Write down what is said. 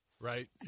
Right